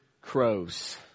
crows